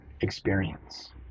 experience